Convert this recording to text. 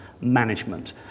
management